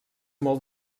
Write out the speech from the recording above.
molt